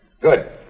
Good